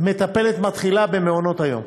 למטפלת מתחילה במעונות-היום.